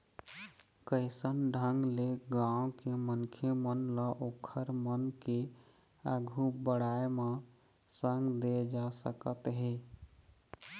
कइसन ढंग ले गाँव के मनखे मन ल ओखर मन के आघु बड़ाय म संग दे जा सकत हे